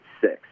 six